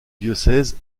diocèse